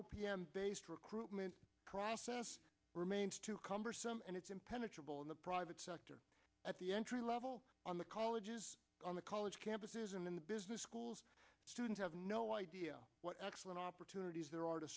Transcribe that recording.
m based recruitment process remains too cumbersome and it's impenetrable in the private sector at the entry level on the colleges on the college campuses and in the business schools students have no idea what excellent opportunities there are to